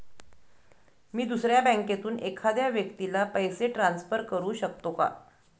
मी दुसऱ्या बँकेतून एखाद्या व्यक्ती ला पैसे ट्रान्सफर करु शकतो का?